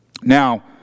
Now